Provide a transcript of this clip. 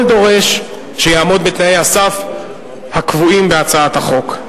דורש שיעמוד בתנאי הסף הקבועים בהצעת החוק.